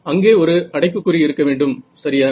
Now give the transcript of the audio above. அங்கே ஒரு அடைப்புக்குறி இருக்க வேண்டும் சரியா